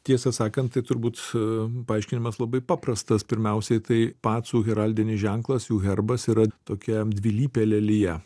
tiesą sakant tai turbūt paaiškinimas labai paprastas pirmiausiai tai pacų heraldinis ženklas jų herbas yra tokia dvilypė lelija